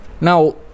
now